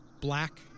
black